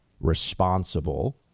responsible